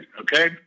okay